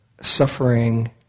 suffering